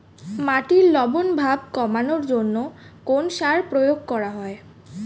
মাটির লবণ ভাব কমানোর জন্য কোন সার প্রয়োগ করা হয়?